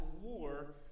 war